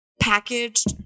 packaged